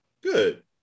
Good